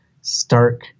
stark